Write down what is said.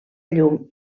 llum